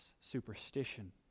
superstition